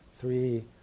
three